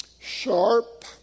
sharp